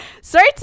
sorry